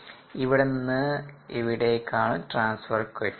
ഇവിടെ നിന്ന് ഇവിടെകാണു ട്രാൻസ്ഫർ കോ എഫിഷ്യന്റ്